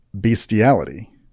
bestiality